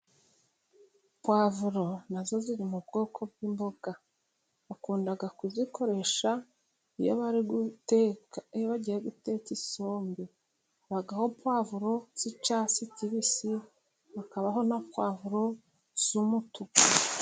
Pvuro na zo ziri mu bwoko bw'imboga, bakunda kuzikoresha iyo bari guteka, iyo bagiye guteka isombe, habaho pavuro z'icyatsi kibisi, hakabaho na pavuro z'umutuku.